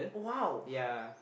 !wow!